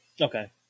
Okay